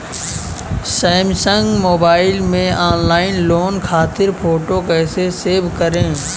Samsung mobile में online loan खातिर photo कैसे सेभ करीं?